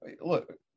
look